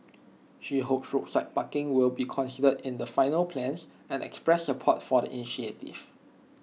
she hopes roadside parking will be considered in the final plans and expressed support for the initiative